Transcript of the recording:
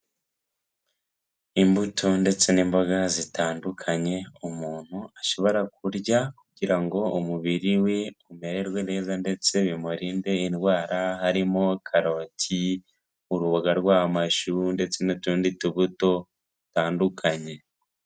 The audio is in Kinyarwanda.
Imbuto ndetse n'imboga zitandukanye umuntu ashobora kurya kugira ngo umubiri we umererwe neza ndetse bimurinde indwara harimo karabati, uruboga rw'amashu ndetse n'utundi tubuto dutandukanye.